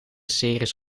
series